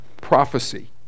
prophecy